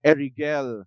Erigel